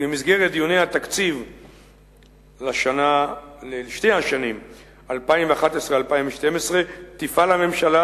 כי במסגרת דיוני התקציב לשתי השנים 2011 2012 תפעל הממשלה